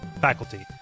faculty